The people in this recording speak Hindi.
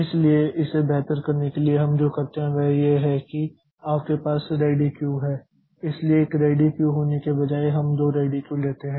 इसलिए इसे बेहतर करने के लिए हम जो करते हैं वह यह है कि आपके पास रेडी क्यू है इसलिए एक रेडी क्यू होने के बजाय हम दो रेडी क्यू लेते हैं